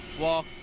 walk